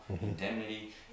indemnity